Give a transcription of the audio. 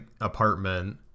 apartment